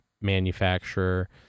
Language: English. manufacturer